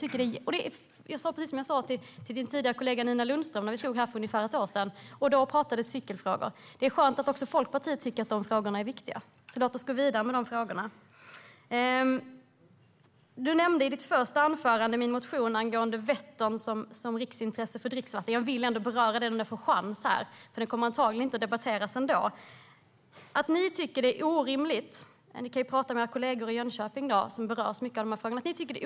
Det är precis som jag sa till din tidigare kollega Nina Lundström när vi stod här för ungefär ett år sedan och pratade cykelfrågor: Det är skönt att också Folkpartiet tycker att de frågorna är viktiga, så låt oss gå vidare med dem. Du nämnde i ditt första anförande min motion angående Vättern som riksintresse för dricksvatten. Jag vill ändå beröra den när jag får chansen här, för den kommer att antagligen inte att debatteras ändå. Ni tycker att det är orimligt att dricksvatten ska vara ett riksintresse. Ni kan ju prata med era kollegor i Jönköping som berörs mycket av de här frågorna.